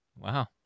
Wow